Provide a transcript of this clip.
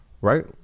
right